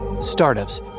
Startups